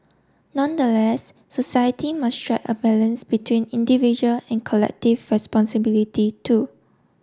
nonetheless society must strike a balance between individual and collective responsibility too